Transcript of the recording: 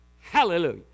Hallelujah